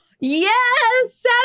yes